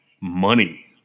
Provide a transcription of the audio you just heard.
money